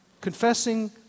confessing